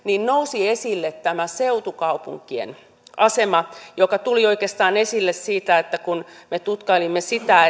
nousi esille tämä seutukaupunkien asema joka tuli oikeastaan esille siitä kun me tutkailimme sitä